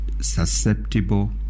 susceptible